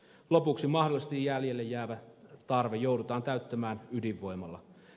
lopuksi mahdollisesti jäljelle jäävä tarve joudutaan täyttämään ydinvoimalla